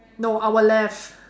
no our left